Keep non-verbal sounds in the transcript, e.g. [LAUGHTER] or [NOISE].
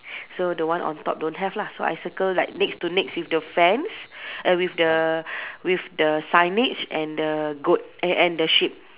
so the one on top don't have lah so I circle like next to next with the fence [BREATH] eh with the [BREATH] with the signage and the goat eh and the sheep